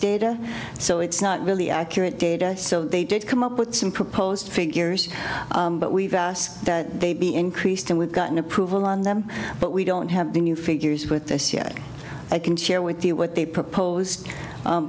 data so it's not really accurate data so they did come up with some proposed figures but we've asked they be increased and we've gotten approval on them but we don't have the new figures with this yet i can share with you what they propose